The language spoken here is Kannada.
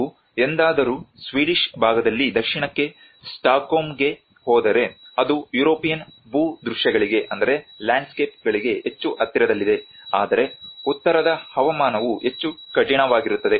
ನೀವು ಎಂದಾದರೂ ಸ್ವೀಡಿಷ್ ಭಾಗದಲ್ಲಿ ದಕ್ಷಿಣಕ್ಕೆ ಸ್ಟಾಕ್ಹೋಮ್ಗೆ ಹೋದರೆ ಅದು ಯುರೋಪಿಯನ್ ಭೂದೃಶ್ಯಗಳಿಗೆ ಹೆಚ್ಚು ಹತ್ತಿರದಲ್ಲಿದೆ ಆದರೆ ಉತ್ತರದ ಹವಾಮಾನವು ಹೆಚ್ಚು ಕಠಿಣವಾಗಿರುತ್ತದೆ